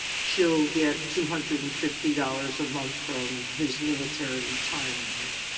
she'll get two hundred and fifty dollars a month from his military retirement pay.